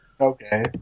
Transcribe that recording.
Okay